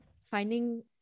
finding